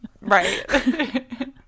Right